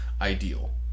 ideal